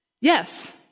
Yes